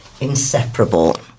inseparable